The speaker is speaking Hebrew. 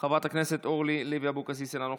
חברת הכנסת גלית דיסטל אטבריאן, אינה נוכחת,